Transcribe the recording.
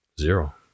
Zero